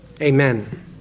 Amen